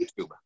YouTube